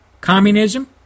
communism